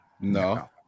No